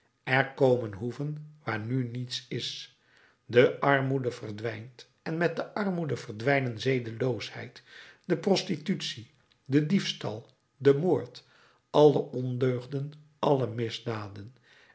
er komen hoeven waar nu niets is de armoede verdwijnt en met de armoede verdwijnen zedeloosheid de prostitutie de diefstal de moord alle ondeugden alle misdaden